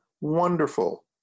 wonderful